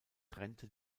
trennte